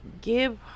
give